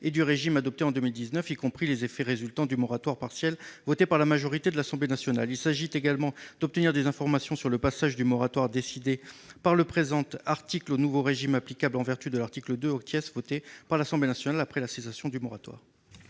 et du régime adopté en 2019, y compris les effets résultant du moratoire partiel voté par la majorité de l'Assemblée nationale. Il s'agit également d'obtenir des informations sur le passage du moratoire décidé par le présent article au nouveau régime applicable en vertu de l'article 2 voté par l'Assemblée nationale après la cessation dudit moratoire.